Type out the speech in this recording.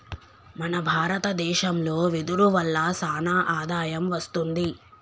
మన భారత దేశంలో వెదురు వల్ల సానా ఆదాయం వస్తుంది